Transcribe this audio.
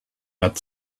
had